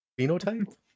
phenotype